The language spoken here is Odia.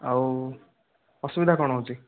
ଆଉ ଅସୁବିଧା କ'ଣ ହେଉଛି